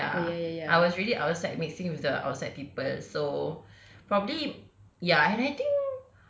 ya I was already outside mixing with the outside people so probably ya and I think